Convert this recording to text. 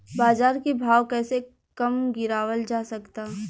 बाज़ार के भाव कैसे कम गीरावल जा सकता?